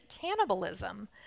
cannibalism